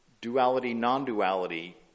duality-non-duality